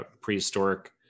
prehistoric